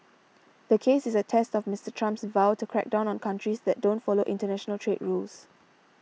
the case is a test of Mister Trump's vow to crack down on countries that don't follow international trade rules